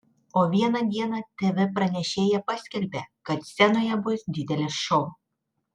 o vieną dieną tv pranešėja paskelbė kad scenoje bus didelis šou